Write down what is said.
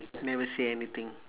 never say anything